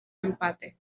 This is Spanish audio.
empate